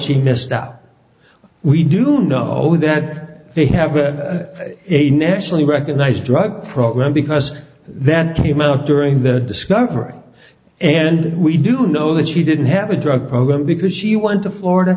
she missed out we do know that they have a nationally recognized drug program because then it came out during the discovery and we do know that she didn't have a drug program because she went to florida